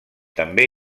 també